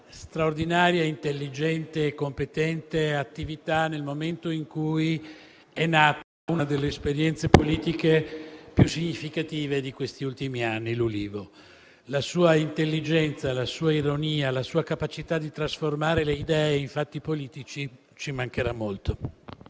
straordinaria, intelligente e competente attività nel momento in cui è nata una delle esperienze politiche più significative di questi ultimi anni, l'Ulivo. La sua intelligenza, la sua ironia, la sua capacità di trasformare le idee in fatti politici ci mancheranno molto.